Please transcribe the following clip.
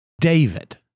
David